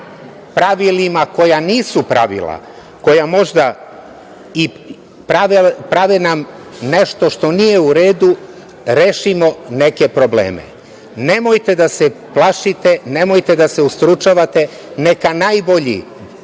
pravilima koja nisu pravila, koja možda i prave nam nešto što nije u redu, rešimo neke probleme. Nemojte da se plašite, nemojte da se ustručavate, neka najbolji